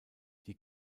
die